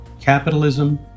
capitalism